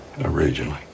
originally